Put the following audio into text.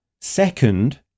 Second